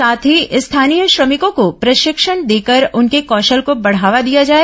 साथ ही स्थानीय श्रमिकों को प्रशिक्षण देकर उनके कौशल को बढ़ावा दिया जाए